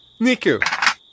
Niku